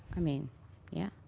i mean yeah,